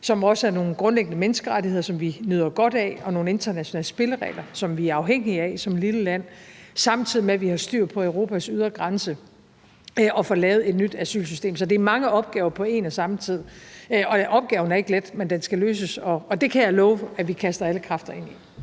som også er nogle grundlæggende menneskerettigheder, som vi nyder godt af, og nogle internationale spilleregler, som vi er afhængige af som lille land, samtidig med at vi har styr på Europas ydre grænse og får lavet et nyt asylsystem. Så det er mange opgaver på en og samme tid, og opgaven er ikke let, men den skal løses, og det kan jeg love vi kaster alle kræfter ind i.